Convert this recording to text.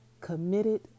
committed